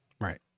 Right